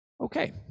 Okay